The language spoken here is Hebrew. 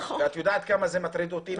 ואת יודעת כמה זה מטריד אותי,